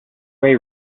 way